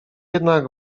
jednak